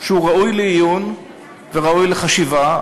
שהוא ראוי לעיון וראוי לחשיבה,